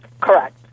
Correct